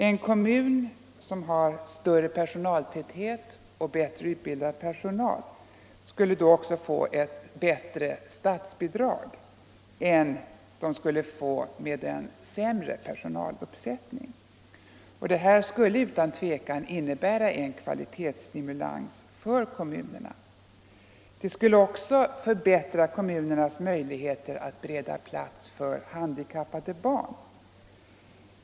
En kommun med större personaltäthet och bättre utbildad personal skulle då få ett högre statsbidrag än en kommun med sämre personaluppsättning. Detta skulle innebära en kvalitetsstimulans för kommunerna och också förbättra deras möjligheter att bereda plats för handikappade barn.